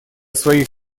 своих